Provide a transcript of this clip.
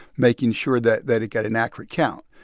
making sure that that it got an accurate count.